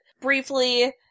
briefly